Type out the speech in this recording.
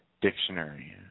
dictionary